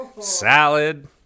salad